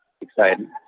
Exciting